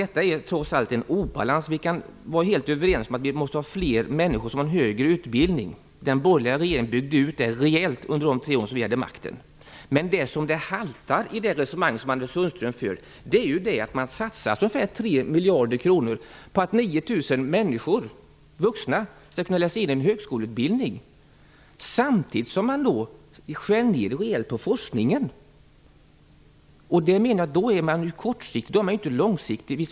Det finns trots allt en obalans. Vi kan vara helt överens om att det behövs fler människor med högre utbildning. Den borgerliga regeringen byggde ut rejält under de tre år vi hade makten. Det haltar dock i Anders Sundströms resonemang. Man satsar ungefär 3 miljarder kronor på att 9 000 vuxna skall kunna läsa in en högskoleutbildning. Men samtidigt skär man ned rejält på forskningen. Jag menar att det inte är att se långsiktigt på detta.